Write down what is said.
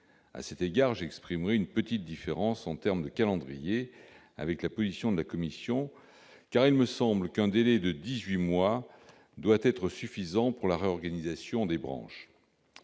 À cet égard, j'exprimerai une petite nuance en termes de calendrier avec la position de la commission, car il me semble qu'un délai de dix-huit mois doit être suffisant pour la réorganisation des branches.